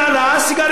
על סיגריות כן.